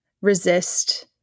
resist